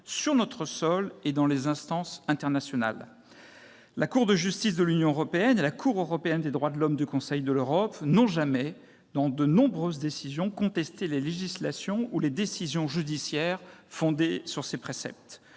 sur notre sol et dans les instances internationales. La Cour de justice de l'Union européenne et la Cour européenne des droits de l'homme du Conseil de l'Europe n'ont jamais, dans leurs nombreuses décisions, contesté les législations ou les décisions judiciaires fondées sur de tels préceptes.